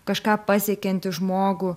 kažką pasiekiantį žmogų